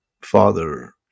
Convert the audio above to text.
father